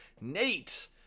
Nate